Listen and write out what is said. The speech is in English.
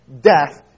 death